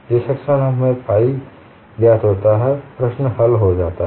जिस क्षण फाइ ज्ञात होता है प्रश्न हल हो जाता है